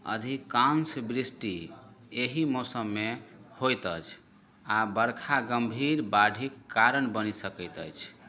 अधिकाँश वृष्टि एहि मौसममे होइत अछि आओर बरखा गम्भीर बाढ़िके कारण बनि सकैत अछि